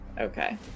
Okay